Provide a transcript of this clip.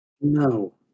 No